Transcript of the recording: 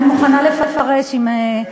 אני מוכנה לפרש אם,